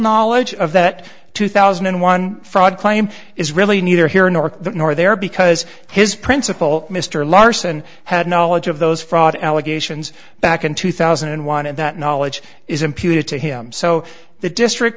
knowledge of that two thousand and one fraud claim is really neither here nor that nor there because his principal mr larson had knowledge of those fraud allegations back in two thousand and one and that knowledge is imputed to him so the district